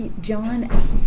John